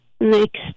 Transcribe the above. next